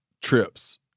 trips